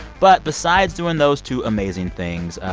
but besides doing those two amazing things,